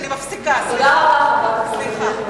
אני מפסיקה, סליחה.